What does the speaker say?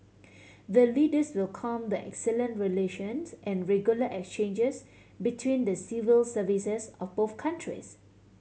the Leaders welcome the excellent relations and regular exchanges between the civil services of both countries